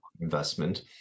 investment